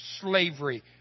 slavery